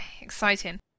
exciting